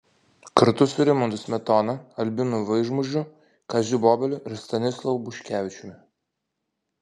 kartu su rimantu smetona albinu vaižmužiu kaziu bobeliu ir stanislovu buškevičiumi